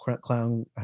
clown